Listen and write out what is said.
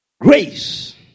Grace